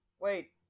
wait